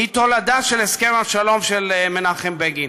היא תולדה של הסכם השלום של מנחם בגין.